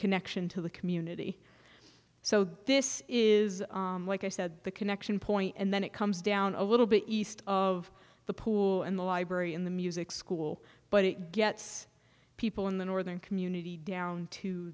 connection to the community so this is like i said the connection point and then it comes down a little bit east of the pool in the library in the music school but it gets people in the northern community down to